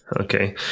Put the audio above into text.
Okay